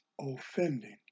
offending